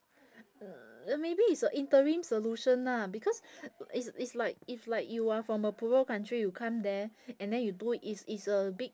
maybe it's a interim solution lah because it's it's like if like you are from a poorer country you come there and then do it's it's a big